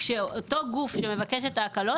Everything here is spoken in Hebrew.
שיהיו לאותו גוף שמבקש את ההקלות